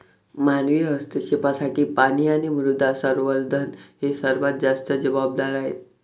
मानवी हस्तक्षेपासाठी पाणी आणि मृदा संवर्धन हे सर्वात जास्त जबाबदार आहेत